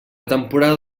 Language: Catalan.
temporada